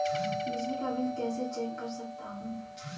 बिजली का बिल कैसे चेक कर सकता हूँ?